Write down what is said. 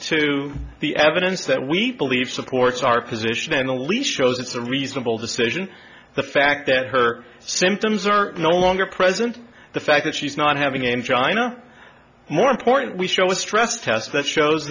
to the evidence that we believe supports our position and the lease shows it's a reasonable decision the fact that her symptoms are no longer present the fact that she's not having in china more important we show a stress test that shows